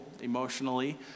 emotionally